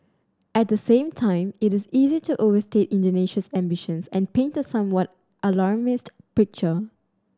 at the same time it is easy to overstate Indonesia's ambitions and paint a somewhat alarmist picture